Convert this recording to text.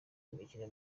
imikino